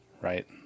right